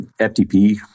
FTP